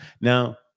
Now